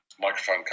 microphone